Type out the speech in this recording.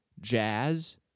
jazz